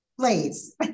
Please